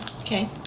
okay